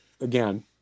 again